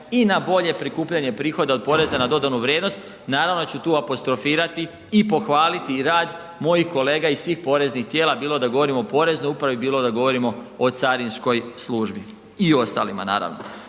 i na bolje prikupljanje prihoda od poreza na dodanu vrijednost, naravno da ću tu apostrofirati i pohvaliti i rad mojih kolega i svih poreznih tijela, bilo da govorimo o poreznoj upravi, bilo da govorimo o carinskoj službi i ostalima naravno.